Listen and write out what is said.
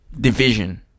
division